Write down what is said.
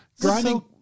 Grinding